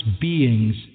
beings